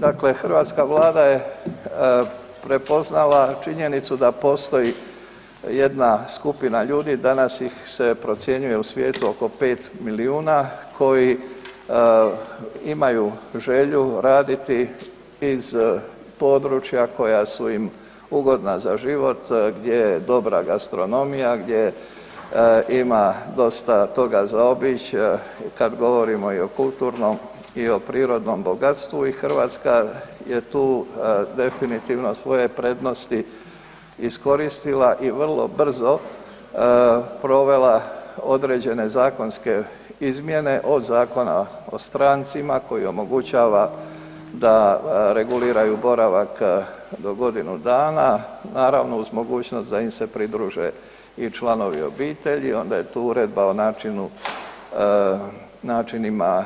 Dakle, hrvatska Vlada je prepoznala činjenicu da postoji jedna skupina ljudi, danas ih se procjenjuje u svijetu oko 5 milijuna, koji imaju želju raditi iz područja koja su im ugodna za život, gdje je dobra gastronomija, gdje ima dosta toga za obići, kad govorimo i o kulturnom i o prirodnom bogatstvu i Hrvatska je tu definitivno svoje prednosti iskoristila i vrlo brzo provela određene zakonske izmjene, od Zakona o strancima koji omogućava da reguliraju boravak do godinu dana, naravno uz mogućnost da im se pridruže i članovi obitelji, onda je tu Uredba o načinima